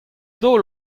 daol